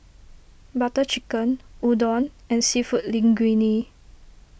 Butter Chicken Udon and Seafood Linguine